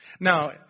Now